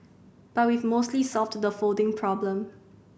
but we've mostly solved the folding problem